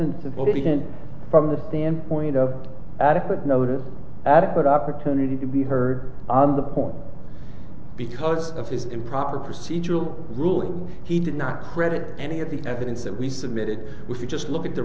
sent from the standpoint of adequate notice adequate opportunity to be heard on the point because of his improper procedural rulings he did not credit any of the evidence that we submitted which we just look at the